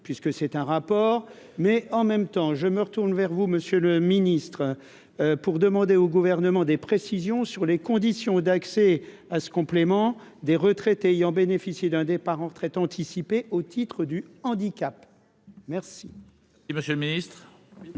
puisque c'est un rapport mais en même temps je me retourne vers vous, Monsieur le Ministre, pour demander au gouvernement des précisions sur les conditions d'accès à ce complément des retraités ayant bénéficié d'un départ en retraite anticipée au titre du handicap. Merci,